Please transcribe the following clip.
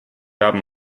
haben